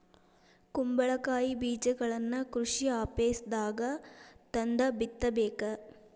ಕುಂಬಳಕಾಯಿ ಬೇಜಗಳನ್ನಾ ಕೃಷಿ ಆಪೇಸ್ದಾಗ ತಂದ ಬಿತ್ತಬೇಕ